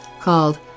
called